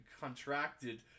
contracted